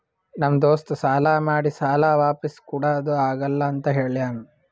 ನಮ್ ದೋಸ್ತ ಸಾಲಾ ಮಾಡಿ ಸಾಲಾ ವಾಪಿಸ್ ಕುಡಾದು ಆಗಲ್ಲ ಅಂತ ಹೇಳ್ಯಾನ್